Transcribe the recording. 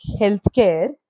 healthcare